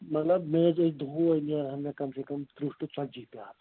مَطلَب مےٚ حظ ٲسۍ دۄہے نیرہَن مےٚ کم سے کم ترٕٛہ ٹُو ژَتجی پیٛالہٕ